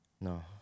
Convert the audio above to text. No